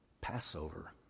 Passover